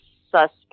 suspect